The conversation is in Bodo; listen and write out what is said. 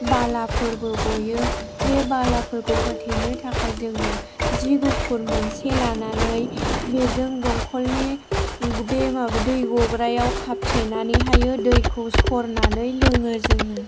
बालाफोरबो गयो बे बालाफोरखौ होथेनो थाखाय जोङो सि गुफुर मोनसे लानानै बेजों दंखलनि बे माबा दै गग्रायाव खाब्थेनानैहायो दैखौ सरनानै लोङो जोङो